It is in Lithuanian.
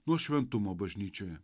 nuo šventumo bažnyčioje